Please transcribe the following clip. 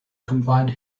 combined